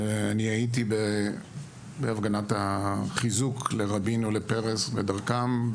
אני הייתי בהפגנת החיזוק לרבין ולפרס ודרכם,